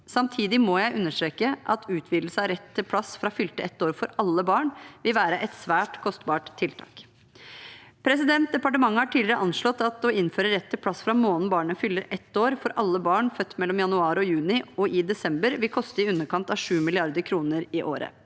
Samtidig må jeg understreke at utvidelse av rett til plass fra fylte ett år for alle barn vil være et svært kostbart tiltak. Departementet har tidligere anslått at å innføre rett til plass fra måneden barnet fyller ett år, for alle barn født mellom januar og juni og i desember vil koste i underkant av 7 mrd. kr i året.